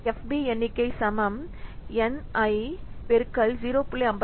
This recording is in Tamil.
FP எண்ணிக்கை Ni 0